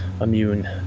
immune